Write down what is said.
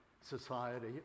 society